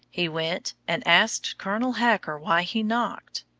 he went, and asked colonel hacker why he knocked.